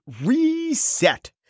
Reset